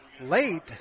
late